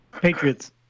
Patriots